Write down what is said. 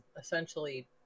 essentially